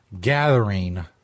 gathering